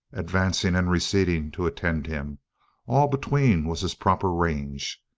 advancing and receding to attend him all between was his proper range.